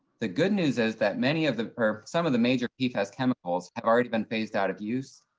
the good news is that many of the, or some of the major pfas chemicals have already been phased out of use,